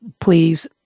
please